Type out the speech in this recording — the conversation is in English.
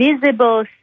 visible